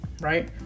right